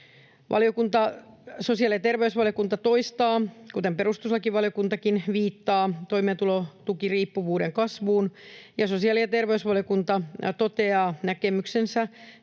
Sosiaali- ja terveysvaliokunta toteaa — kuten perustuslakivaliokuntakin viittaa toimeentulotukiriippuvuuden kasvuun — näkemyksensä